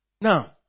Now